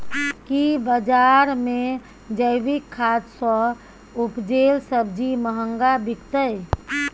की बजार मे जैविक खाद सॅ उपजेल सब्जी महंगा बिकतै?